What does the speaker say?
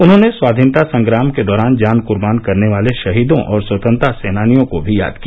उन्होंने स्वाधीनता संग्राम के दौरान जान कूर्बान करने वाले शहीदों और स्वतंत्रता सेनानियों को भी याद किया